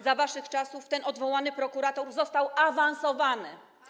Za waszych czasów ten odwołany prokurator został awansowany.